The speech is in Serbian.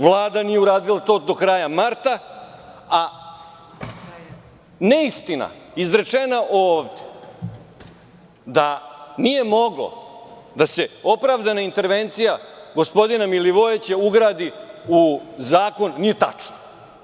Vlada nije uradila to kraja marta, a neistina izrečena ovde da nije mogla da se opravdana intervencija gospodina Milivojevića ugradi u zakon nije tačna.